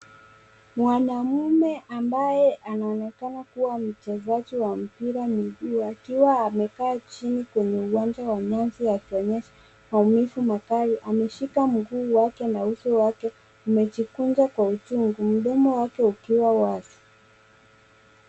Mwanamume ambaye anaonekana kuwa mchezaji wa mpira wa miguu akiwa amekaa chini kwenye uwanja wa nyasi akionyesha maumivu makali. Ameshika mguu wake na uso wake umejikunja kwa uchungu mdomo wake ukiwa wazi.